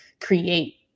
create